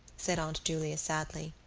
said aunt julia sadly.